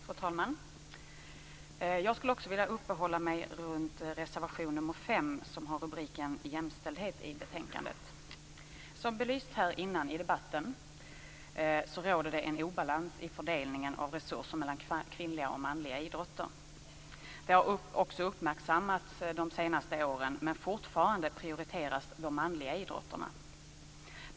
Fru talman! Jag skulle också vilja uppehålla mig vid reservation 5 som har rubriken Jämställdhet i betänkandet. Som belysts här tidigare i debatten råder det en obalans i fördelningen av resurser mellan kvinnliga och manliga idrotter. Det har också uppmärksammats under de senaste åren, men fortfarande prioriteras de manliga idrotterna.